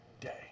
day